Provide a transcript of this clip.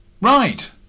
Right